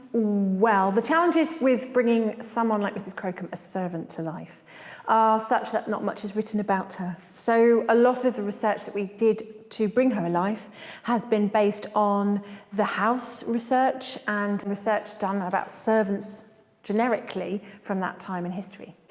well. the challenges with bringing someone like mrs crocombe, a servant, to life are such that not much was written about her so a lot of the research that we did to bring her alive has been based on the house research and research done about servants generically from that time in history.